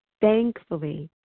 thankfully